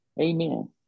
Amen